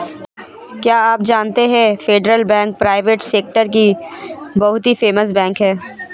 क्या आप जानते है फेडरल बैंक प्राइवेट सेक्टर की बहुत ही फेमस बैंक है?